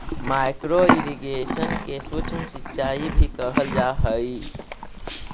micro irrigation के सूक्ष्म सिंचाई भी कहल जा हइ